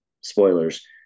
spoilers